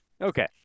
Okay